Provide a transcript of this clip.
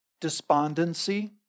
despondency